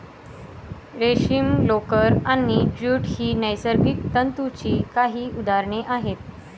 रेशीम, लोकर आणि ज्यूट ही नैसर्गिक तंतूंची काही उदाहरणे आहेत